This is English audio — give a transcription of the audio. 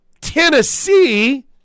Tennessee